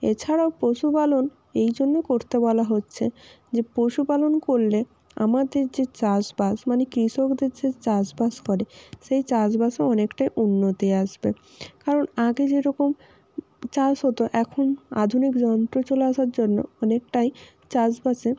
এছাড়াও পশুপালন এই জন্য করতে বলা হচ্ছে যে পশুপালন করলে আমাদের যে চাষবাস মানে কৃষকদের যে চাষবাস করে সেই চাষবাসেও অনেকটাই উন্নতি আসবে কারণ আগে যেরকম চাষ হতো এখন আধুনিক যন্ত্র চলে আসার জন্য অনেকটাই চাষবাসে